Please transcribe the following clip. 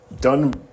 done